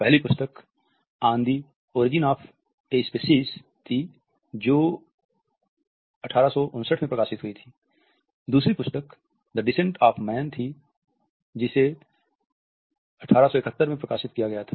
पहली पुस्तक on the origin of a species थी जिसे 1871 में प्रकाशित किया गया था